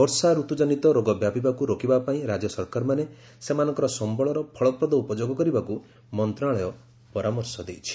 ବର୍ଷାରତ୍କଜନିତ ରୋଗ ବ୍ୟାପିବାକୁ ରୋକିବା ପାଇଁ ରାଜ୍ୟସରକାରମାନେ ସେମାନଙ୍କର ସମ୍ଭଳର ଫଳପ୍ରଦ ଉପଯୋଗ କରିବାକୁ ମନ୍ତ୍ରଣାଳୟ ପରାମର୍ଶ ଦେଇଛି